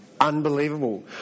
Unbelievable